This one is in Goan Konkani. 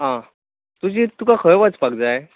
आं तुजी तुका खंय वचपाक जाय